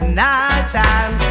nighttime